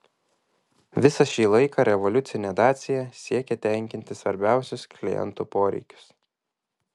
visą šį laiką revoliucinė dacia siekė tenkinti svarbiausius klientų poreikius